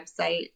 website